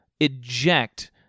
eject